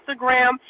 Instagram